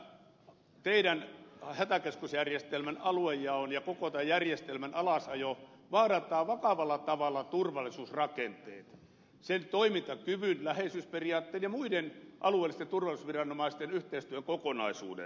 nyt tämä teidän hätäkeskusjärjestelmän aluejaon ja koko tämän järjestelmän alasajonne vaarantaa vakavalla tavalla turvallisuusrakenteet sen toimintakyvyn läheisyysperiaatteen ja muiden alueellisten turvallisuusviranomaisten yhteistyön kokonaisuuden